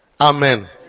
Amen